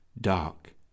dark